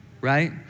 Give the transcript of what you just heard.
right